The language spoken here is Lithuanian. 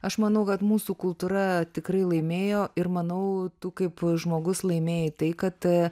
aš manau kad mūsų kultūra tikrai laimėjo ir manau tu kaip žmogus laimėjai tai kad